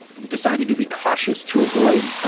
decided to be cautious to avoid,